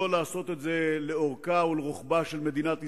ולא לעשות את זה לאורכה ולרוחבה של מדינת ישראל.